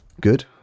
good